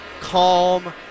Calm